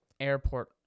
Airport